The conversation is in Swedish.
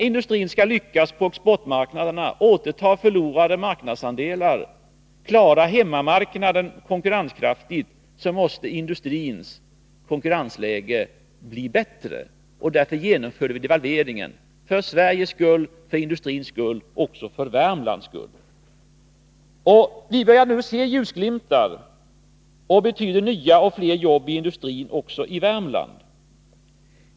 För att vi skall lyckas återta förlorade andelar på exportmarknaden och vara konkurrenskraftiga på hemmamarknaden måste vår industris konkurrensläge förbättras. Därför genomfördes devalveringen — för Sveriges, för industrins och också för Värmlands skull. Vi börjar nu se ljusglimtar i form av nya jobb, även i Värmland.